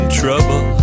trouble